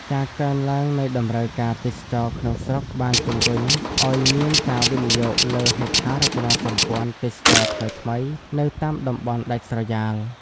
ការកើនឡើងនៃតម្រូវការទេសចរណ៍ក្នុងស្រុកបានជំរុញឱ្យមានការវិនិយោគលើហេដ្ឋារចនាសម្ព័ន្ធទេសចរណ៍ថ្មីៗនៅតាមតំបន់ដាច់ស្រយាល។